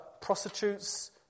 prostitutes